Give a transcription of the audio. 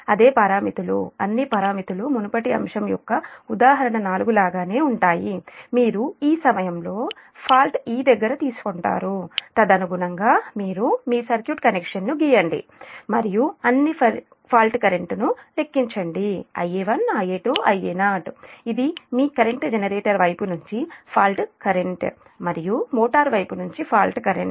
అదే పారామితులు అన్ని పారామితులు మునుపటి అంశం యొక్క ఉదాహరణ 4 లాగానే ఉంటాయి మీరు ఈ సమయంలో ఫాల్ట్ 'e' దగ్గర తీసుకుంటారు తదనుగుణంగా మీరు మీ సర్క్యూట్ కనెక్షన్ను గీయండి మరియు అన్నిఫాల్ట్ కరెంట్ ను లెక్కించండి Ia1 Ia2 Ia0 ఇది మీ కరెంట్ జనరేటర్ వైపు నుంచి ఫాల్ట్ కరెంట్ మరియు మోటారు వైపు నుంచి ఫాల్ట్ కరెంట్